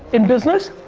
in business,